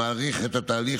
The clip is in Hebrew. זה מאריך את התהליך,